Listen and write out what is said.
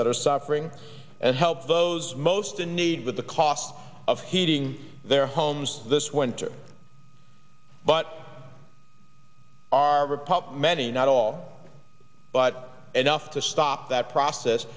that are suffering and help those most in need with the cost of heating their homes this winter but our rip up many not all but enough to stop that process